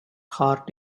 heart